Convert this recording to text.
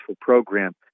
program